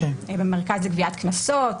במרכז לגביית קנסות,